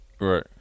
Right